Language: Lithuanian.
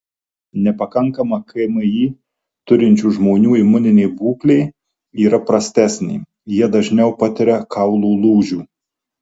nepakankamą kmi turinčių žmonių imuninė būklė yra prastesnė jie dažniau patiria kaulų lūžių